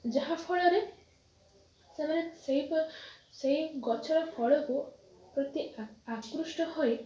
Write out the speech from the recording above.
ଯାହାଫଳରେ ସେମାନେ ସେଇ ସେଇ ଗଛର ଫଳକୁ ପ୍ରତି ଆକୃଷ୍ଟ ହୋଇ